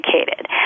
educated